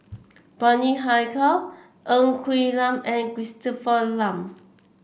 Bani Haykal Ng Quee Lam and Christopher Lan